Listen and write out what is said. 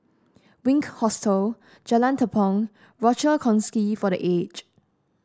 Wink Hostel Jalan Tepong Rochor Kongsi for The Aged